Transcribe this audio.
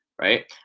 right